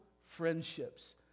friendships